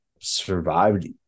survived